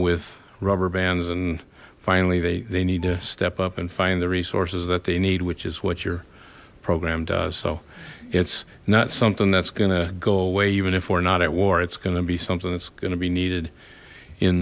with rubber bands and finally they they need to step up and find the resources that they need which is what your program does so it's not something that's gonna go away even if we're not at war it's gonna be something that's gonna be needed in